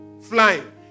flying